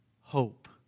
hope